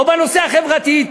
לא בנושא החברתי.